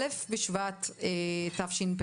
א' בשבט התשפ"ב,